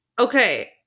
Okay